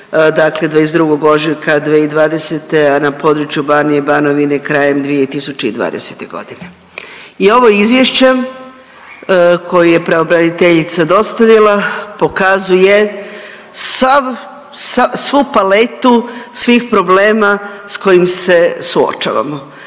dakle 22. ožujka 2020., a na području Banije i Banovine krajem 2020.g. i ovo izvješće koje je pravobraniteljica dostavila pokazuje svu paletu svih problema s kojim se suočavamo.